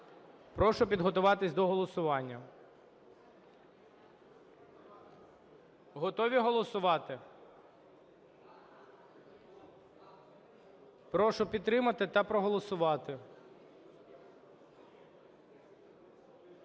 Прошу підготуватись до голосування. Готові голосувати? Прошу підтримати та проголосувати.